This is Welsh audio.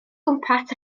gwmpas